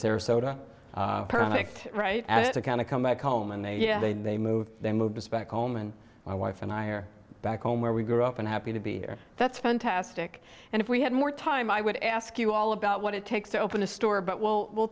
sarasota perfect right and it's a kind of come back home and they you know they they move they move to spec home and my wife and i are back home where we grew up and happy to be here that's fantastic and if we had more time i would ask you all about what it takes to open a store but well we'll